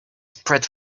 spread